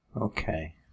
Okay